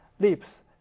LIPS